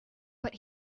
but